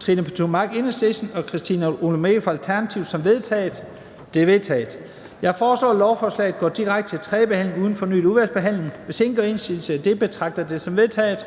Trine Pertou Mach (EL) og Christina Olumeko (ALT) som vedtaget. De er vedtaget. Jeg foreslår, at lovforslaget går direkte til tredje behandling uden fornyet udvalgsbehandling. Hvis ingen gør indsigelse, betragter jeg det som vedtaget.